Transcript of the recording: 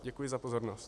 Děkuji za pozornost.